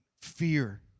fear